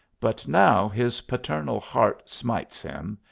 but now his paternal heart smites him,